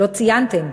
לא ציינתם,